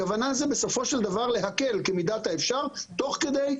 הכוונה בסופו של דבר להקל במידת האפשר, תוך כדי,